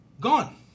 gone